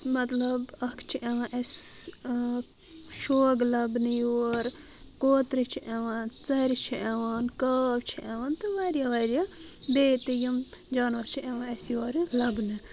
مطلب اکھ چھِ یِوان اسہِ شوگ لبنہٕ یور کوترِ چھِ یوان ژرِ چھِ یوان کاو چھِ یوان تہٕ واریاہ واریاہ بیٚیہِ تہِ یِم جانور چہِ یوان اسہِ یورٕ لبنہٕ